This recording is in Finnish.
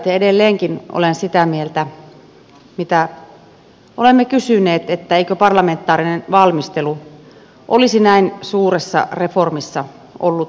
ja edelleenkin olen sitä mieltä että voi kysyä mitä olemme kysyneet eikö parlamentaarinen valmistelu olisi näin suuressa reformissa ollut todella tarpeen